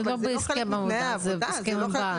זה לא בהסכם עבודה, זה בהסכם ועד.